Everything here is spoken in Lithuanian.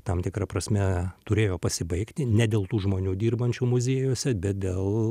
tam tikra prasme turėjo pasibaigti ne dėl tų žmonių dirbančių muziejuose bet dėl